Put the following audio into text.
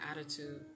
attitude